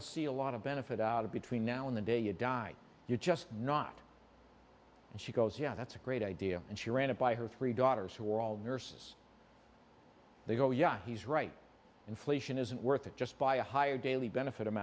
to see a lot of benefit out of between now and the day you die you're just not and she goes yeah that's a great idea and she ran it by her three daughters who are all nurses they go yeah he's right inflation isn't worth it just by a higher daily benefit